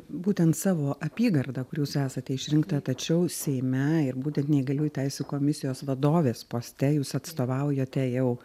būtent savo apygardą kur jūs esate išrinkta tačiau seime ir būtent neįgaliųjų teisių komisijos vadovės poste jūs atstovaujate jau